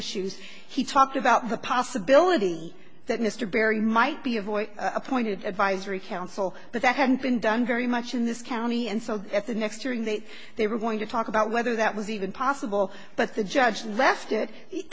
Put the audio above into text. issues he talked about the possibility that mr barry might be a voice appointed advisory council but that hadn't been done very much in this county and so at the next hearing that they were going to talk about whether that was even possible but the judge left